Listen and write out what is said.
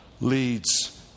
leads